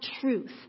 truth